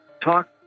talk